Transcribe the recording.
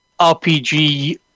RPG